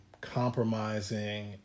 compromising